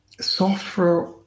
software